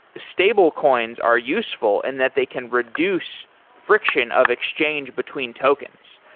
stable coins are useful and that they can reduce friction of exchange between tokens.